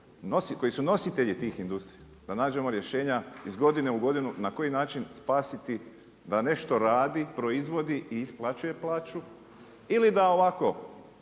koji su nositelji tih industrija, da nađemo rješenja iz godine u godinu na koji način spasiti da nešto radi, proizvodi i isplaćuje plaću ili da ovako